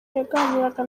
yaganiraga